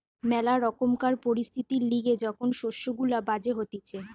ম্যালা রকমকার পরিস্থিতির লিগে যখন শস্য গুলা বাজে হতিছে